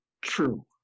true